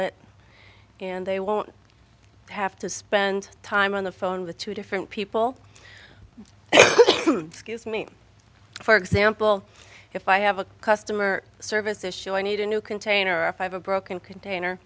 it and they won't have to spend time on the phone with two different people scuse me for example if i have a customer service issue i need a new container of five a broken container